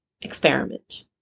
experiment